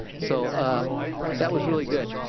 so that was really good.